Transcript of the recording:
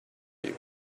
you